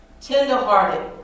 tenderhearted